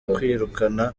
kwirukana